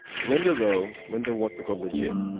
linda, though linda wants to go legit.